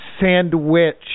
sandwich